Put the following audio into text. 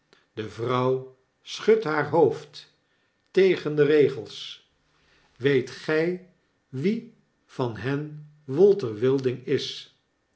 de vrouw schudt haar hoofd tegen de regels weet gy wie van hen walter wilding is